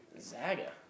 Zaga